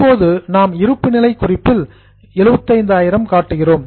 இப்போது நாம் இருப்புநிலை குறிப்பில் 75000 காட்டுகிறோம்